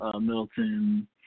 Milton